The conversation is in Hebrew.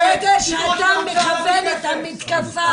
ברגע שאתה מכוון את המתקפה על הרווחה.